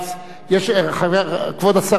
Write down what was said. כבוד השר רק ימתין.